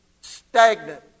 stagnant